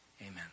amen